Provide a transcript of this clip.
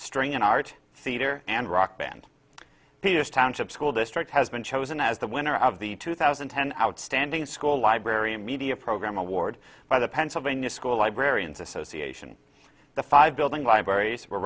stringin art cedar and rock band pieces township school district has been chosen as the winner of the two thousand and ten outstanding school library media program award by the pennsylvania school librarians association the five building libraries were